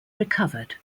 recovered